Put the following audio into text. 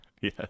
Yes